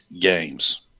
games